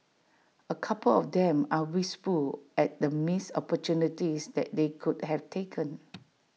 A couple of them are wistful at the missed opportunities that they could have taken